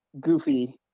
goofy